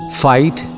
fight